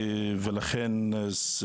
אז לכן,